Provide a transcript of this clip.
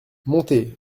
monté